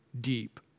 deep